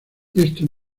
esto